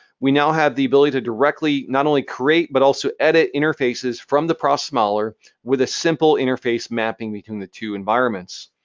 we now have the ability to directly not only create but also edit interfaces from the process modeler with a simple interface mapping between the two environments.